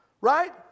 Right